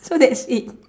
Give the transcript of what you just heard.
so that's it